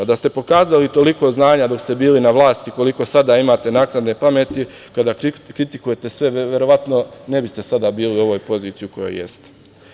Da ste pokazali toliko znanja dok ste bili na vlasti koliko sada imate naknadne pameti kada kritikujete sve, verovatno ne biste sada bili u ovoj poziciji u kojoj jeste.